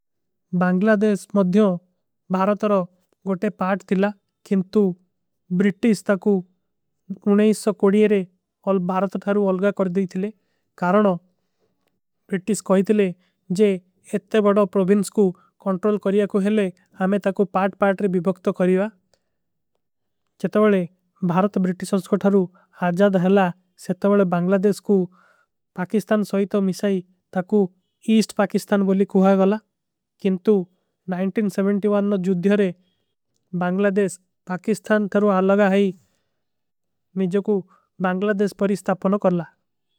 ବାଂଗଲା ଦେଶ ମଦ୍ଯୋଂ ବାରତରୋ ଗୋଟେ ପାଟ ଥିଲା କିନ୍ତୁ ବ୍ରିଟୀଜ ତକୁ। ନୁନୈସ୍ଯୋ କୋଡିଯରେ ଅଲ ବାରତ ଥରୂ ଅଲଗା କରଦୀ ଥିଲେ କାରଣୋ। ବ୍ରିଟୀଜ କହୀ ଥିଲେ ଜେ ଇତ୍ତେ ବଡା ପ୍ରୋଵିନ୍ସ କୁ ଖୋନ୍ଟରଲ କରିଯା କୁ। ହେଲେ ହମେଂ ତକୁ ପାଟ ପାଟରେ ଵିଭକତ କରିଯେଵା ଚେତଵଲେ ଭାରତ। ବ୍ରିଟୀଜ ସଂସକୋ ଥରୂ ଆଜାଦ ହଲା ଚେତଵଲେ ବାଂଗଲା ଦେଶ କୁ। ପାକିସ୍ତାନ ସୋଈତୋ ମିଶାଈ ତକୁ ଇସ୍ଟ ପାକିସ୍ତାନ ବୋଲୀ କୁ। ହୈ ଵଲା କିନ୍ତୁ ନ ଜୁଧ୍ଯାରେ ବାଂଗଲା ଦେଶ ପାକିସ୍ତାନ ଥରୂ। ଆଲଗା ହୈ ମିଝେ କୁ ବାଂଗଲା ଦେଶ ପରିସ୍ତାପନ କରଲା।